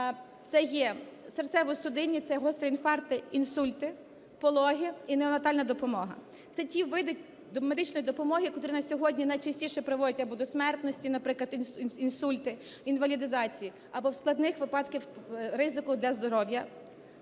це є серцево-судинні, це гострі інфаркти, інсульти, пологи і неонотальна допомога. Це ті види медичної допомоги, котрі на сьогодні найчастіше призводять або до смертності, наприклад інсульти, інвалідизації, або в складних випадках ризиків для здоров'я.